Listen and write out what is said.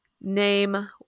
Name